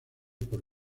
por